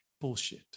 bullshit